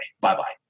Bye-bye